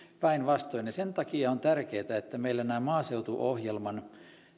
päinvastoin sen takia on tärkeää että meillä on nämä maaseutuohjelman